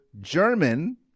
German